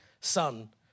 son